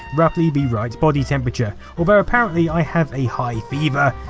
roughly the right body temperature, although apparently i have a high fever,